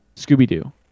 Scooby-Doo